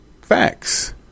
Facts